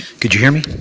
could you hear me?